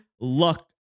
luck